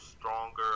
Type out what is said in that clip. stronger